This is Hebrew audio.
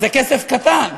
זה כסף קטן.